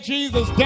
Jesus